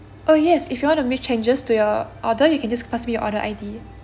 oh yes if you want to make changes to your order you can just pass me your order I_D